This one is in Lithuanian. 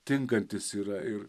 tinkantis yra ir